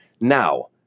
now